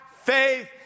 faith